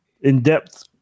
in-depth